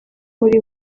muri